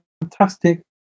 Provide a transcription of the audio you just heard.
fantastic